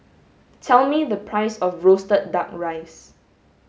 tell me the price of roasted duck rice